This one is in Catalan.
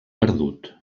perdut